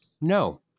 No